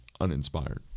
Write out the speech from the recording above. uninspired